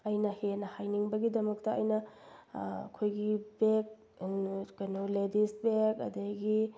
ꯑꯩꯅ ꯍꯦꯟꯅ ꯍꯩꯅꯤꯡꯕꯒꯤꯗꯃꯛꯇ ꯑꯩꯅ ꯑꯩꯈꯣꯏꯒꯤ ꯕꯦꯒ ꯀꯩꯅꯣ ꯂꯦꯗꯤꯁ ꯕꯦꯒ ꯑꯗꯒꯤ